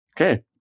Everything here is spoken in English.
Okay